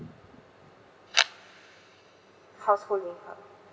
household income